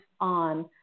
on